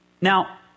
now